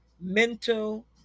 mental